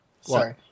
Sorry